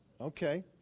okay